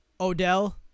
Odell